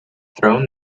throne